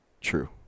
true